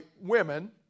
women